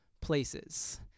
places